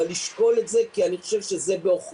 אבל לשקול את זה כי אני חושב שזה בעוכרינו,